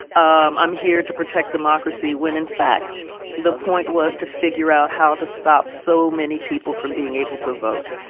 um i'm here to protect democracy when in fact the point was to figure out how to stop so many people from being able to vote.